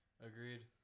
Agreed